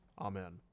Amen